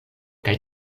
kaj